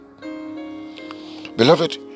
Beloved